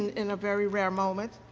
in a very rare moment,